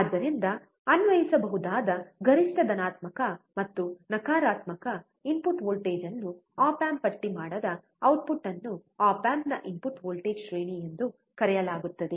ಆದ್ದರಿಂದ ಅನ್ವಯಿಸಬಹುದಾದ ಗರಿಷ್ಠ ಧನಾತ್ಮಕ ಮತ್ತು ನಕಾರಾತ್ಮಕ ಇನ್ಪುಟ್ ವೋಲ್ಟೇಜ್ ಅನ್ನು ಆಪ್ ಆಂಪ್ ಪಟ್ಟಿ ಮಾಡದ ಔಟ್ಪುಟ್ ಅನ್ನು ಆಪ್ ಆಂಪ್ನ ಇನ್ಪುಟ್ ವೋಲ್ಟೇಜ್ ಶ್ರೇಣಿ ಎಂದು ಕರೆಯಲಾಗುತ್ತದೆ